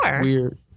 weird